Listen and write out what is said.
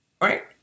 Right